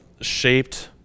shaped